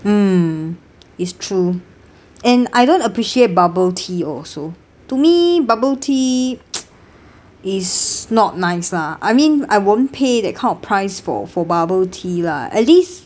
mm it's true and I don't appreciate bubble tea also to me bubble tea is not nice lah I mean I won't pay that kind of price for for bubble tea lah at least